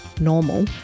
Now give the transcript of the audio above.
normal